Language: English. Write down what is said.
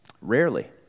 Rarely